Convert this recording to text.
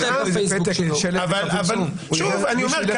שוב אני אומר,